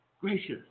gracious